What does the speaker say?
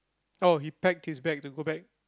oh he packed his bag to go back